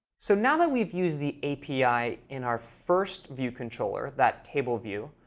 so now that we've used the api in our first view controller, that table view,